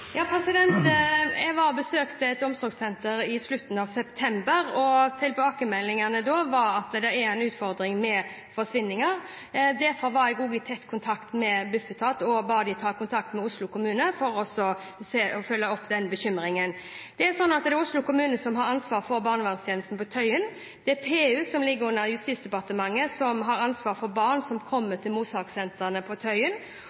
besøkte et omsorgssenter i slutten av september, og tilbakemeldingene da var at det er en utfordring med forsvinninger. Derfor var jeg i tett kontakt med Bufetat og ba dem ta kontakt med Oslo kommune for å følge opp den bekymringen. Det er Oslo kommune som har ansvaret for barnevernstjenesten på Tøyen. Det er PU, som ligger under Justisdepartementet, som har ansvar for barn som kommer til mottakssentrene på Tøyen,